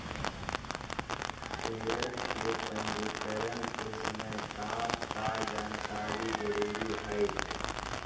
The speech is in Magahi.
शेयर के पंजीकरण के समय का का जानकारी जरूरी हई